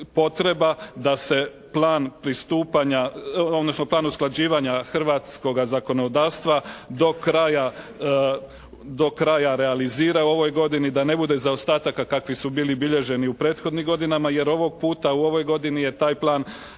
odnosno plan usklađivanja hrvatskoga zakonodavstva do kraja realizira u ovoj godini. Da ne bude zaostataka kakvi su bili bilježeni u prethodnim godinama, jer ovog puta, u ovoj godini je taj plan,